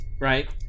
Right